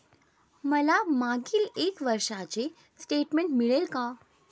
मला मागील एक वर्षाचे स्टेटमेंट मिळेल का?